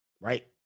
right